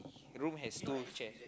room has two chair